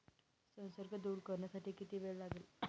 संसर्ग दूर करण्यासाठी किती वेळ लागेल?